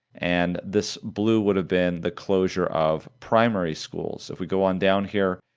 and this blue would have been the closure of primary schools. if we go on down here,